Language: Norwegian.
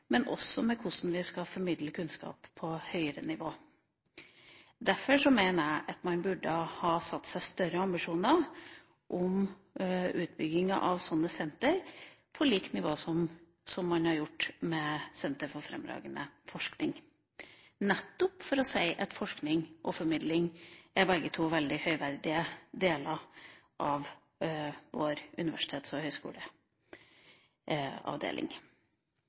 men også med tanke på hvordan vi skal formidle kunnskap på høyere nivå. Derfor mener jeg at man burde ha satt seg større ambisjoner om utbygginga av slike sentre, på likt nivå med det man har hatt når det gjelder sentre for fremragende forskning, nettopp for å kunne si at forskning og formidling begge er to veldig høyverdige deler av vår universitets- og høyskoleavdeling.